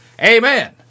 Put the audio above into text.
amen